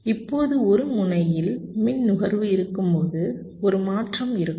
இப்போது ஒரு முனையில் மின் நுகர்வு இருக்கும் போது ஒரு மாற்றம் இருக்கும்